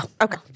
Okay